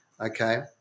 okay